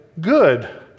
Good